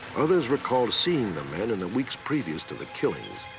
others recalled seeing them and in the weeks previous to the killings.